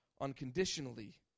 unconditionally